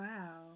Wow